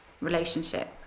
relationship